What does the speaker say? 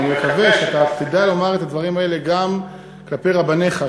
אני מקווה שאתה תדע לומר את הדברים האלה כלפי רבניך,